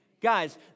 Guys